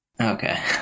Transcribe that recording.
okay